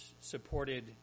supported